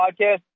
podcast